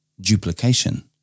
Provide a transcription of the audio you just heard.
Duplication